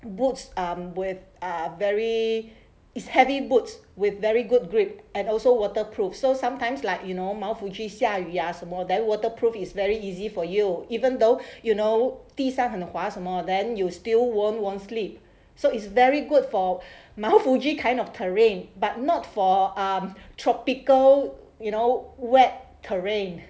boots um with ah very is heavy boots with very good grip and also waterproof so sometimes like you know mount fuji 下雨 ah 什么 then waterproof is very easy for you even though you know 地上很滑什么 then you still won't won't slip so is very good for mount fuji kind of terrain but not for um tropical you know wet terrain